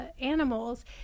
animals